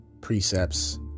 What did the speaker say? precepts